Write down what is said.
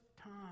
time